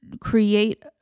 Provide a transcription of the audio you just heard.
Create